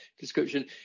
description